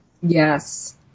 Yes